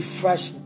fresh